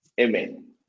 amen